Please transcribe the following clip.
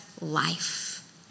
life